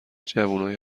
جوونای